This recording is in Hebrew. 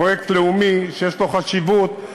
פרויקט לאומי שיש לו חשיבות,